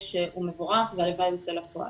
שהוא מבורך והלוואי שייצא לפועל.